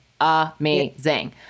Amazing